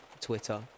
Twitter